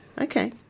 Okay